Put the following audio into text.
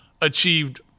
achieved